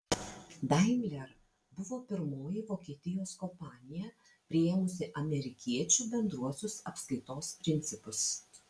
daimler buvo pirmoji vokietijos kompanija priėmusi amerikiečių bendruosius apskaitos principus